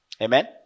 Amen